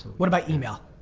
what about email?